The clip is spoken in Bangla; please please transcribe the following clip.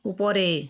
উপরে